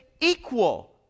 equal